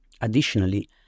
Additionally